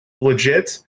legit